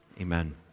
Amen